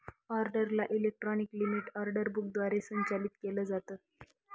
ऑर्डरला electronic limit order book द्वारे संचालित केलं जातं